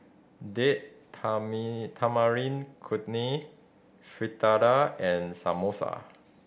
Date Tamarind Chutney Fritada and Samosa